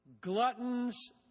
gluttons